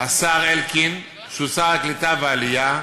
השר אלקין, שהוא שר העלייה והקליטה,